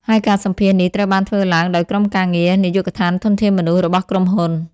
ហើយការសម្ភាសន៍នេះត្រូវបានធ្វើឡើងដោយក្រុមការងារ នាយកដ្ឋានធនធានមនុស្សរបស់ក្រុមហ៊ុន។